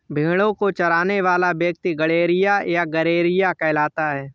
भेंड़ों को चराने वाला व्यक्ति गड़ेड़िया या गरेड़िया कहलाता है